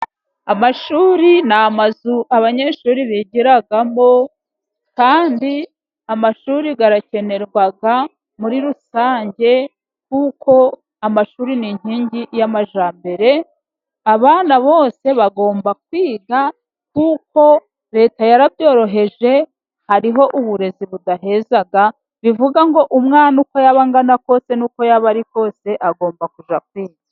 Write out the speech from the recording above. Amashuri ni amazu abanyeshuri bigiramo, kandi amashuri arakenerwa muri rusange, kuko amashuri ni inkingi y'amajyambere, abana bose bagomba kwiga kuko Leta yarabyoroheje, hariho uburezi budaheza, bivuga ngo umwana uko yaba angana kose n'uko yaba ari kose agomba kujya kwiga.